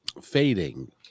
fading